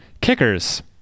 Kickers